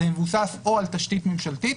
זה מבוסס על תשתית ממשלתית,